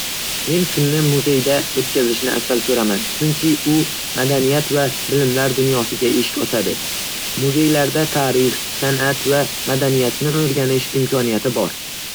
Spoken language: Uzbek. Men kunni muzeyda o'tkazishni afzal ko'raman, chunki u madaniyat va bilimlar dunyosiga eshik ochadi. Muzeylarda tarix, san'at va madaniyatni o'rganish imkoniyati bor.